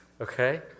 okay